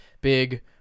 big